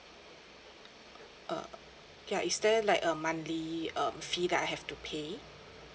err ya is there like a monthly uh fee that I have to pay